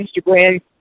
Instagram